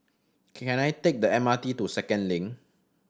can I take the M R T to Second Link